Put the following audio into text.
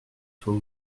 soit